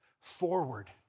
forward